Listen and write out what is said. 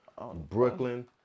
Brooklyn